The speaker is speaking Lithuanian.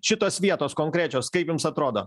šitos vietos konkrečios kaip jums atrodo